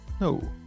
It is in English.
No